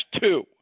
two